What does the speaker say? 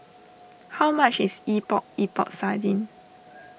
how much is Epok Epok Sardin